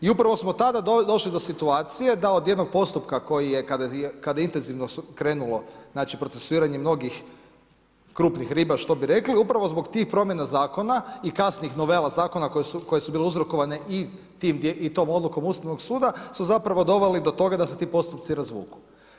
I upravo smo tada došli do situacije da od jednog postupka kada se intenzivno krenulo procesuiranje mnogih krupnih riba što bi rekli, upravo zbog tih promjena zakona i kasnije novela zakona koje su bile uzrokovane i tom odlukom Ustavnog suda su doveli do toga da se ti postupci razvuku.